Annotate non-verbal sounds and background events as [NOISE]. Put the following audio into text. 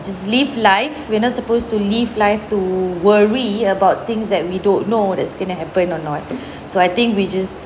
just live life we are not supposed to live life to worry about things that we don't know that's going to happen or not [BREATH] so I think we just